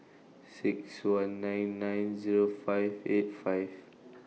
six one nine nine Zero five eight five